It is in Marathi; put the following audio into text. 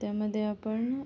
त्यामध्ये आपण